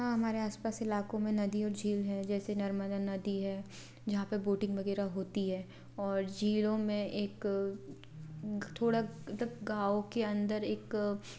हाँ हमारे आस पास इलाक़ों में नदी और झील हैं जैसे नर्मदा नदी है जहाँ पर वोटिंग वग़ैरह होती है और जीरो में एक थोड़ा मतलब गाँव के अंदर एक